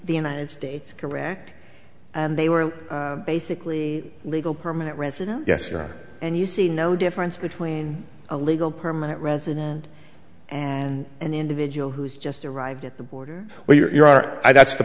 the united states iraq and they were basically legal permanent resident yes you are and you see no difference between a legal permanent resident and an individual who's just arrived at the border where you are are i that's the